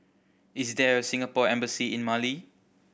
is there a Singapore Embassy in Mali